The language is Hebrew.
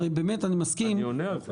הרי, באמת, אני מסכים --- אני עונה על זה.